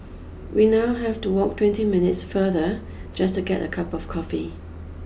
we now have to walk twenty minutes farther just to get a cup of coffee